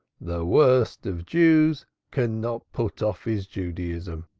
the worst of jews cannot put off his judaism.